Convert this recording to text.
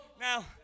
Now